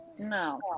No